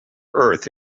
earth